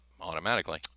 automatically